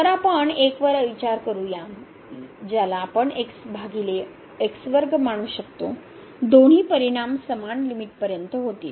तर आपण 1 वर विचार करू या ज्याला आपण xभागिले मानू शकतो दोन्ही परिणाम समान लिमिट पर्यंत होतील